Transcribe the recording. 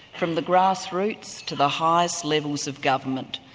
from the grassroots to the highest levels of government.